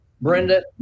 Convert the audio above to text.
Brenda